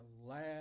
last